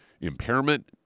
impairment